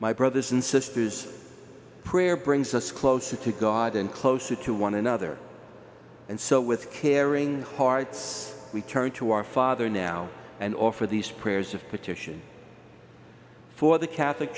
my brothers and sisters prayer brings us closer to god and closer to one another and so with caring hearts we turn to our father now and offer these prayers of petition for the catholic